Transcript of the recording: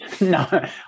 no